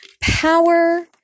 power